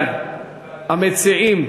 המציעים,